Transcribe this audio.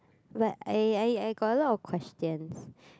but I I I got a lot of questions